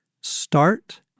Start